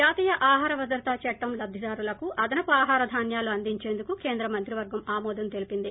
జాతీయ ఆహార భద్రతా చట్టం లబ్దిదారులకు అదనపు ఆహార ధాన్యాలు అందించేందుకు కేంద్ర మంత్రివర్గం ఆమోదం తెలీపింది